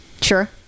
Sure